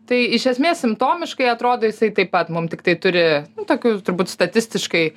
tai iš esmės simptomiškai atrodo jisai taip pat mum tiktai turi tokiu turbūt statistiškai